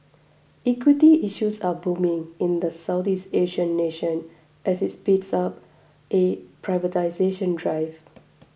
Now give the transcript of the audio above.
equity issues are booming in the Southeast Asian nation as it speeds up a privatisation drive